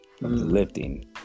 lifting